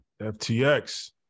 ftx